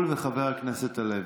וחבר הכנסת הלוי.